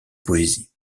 poésie